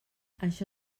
això